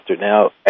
Now